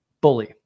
bully